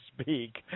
speak